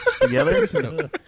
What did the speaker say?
together